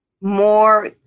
more